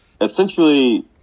essentially